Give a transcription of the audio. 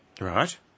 Right